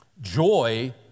Joy